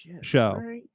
show